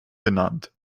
benannt